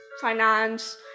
finance